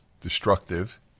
destructive